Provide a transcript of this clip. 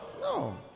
No